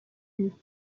une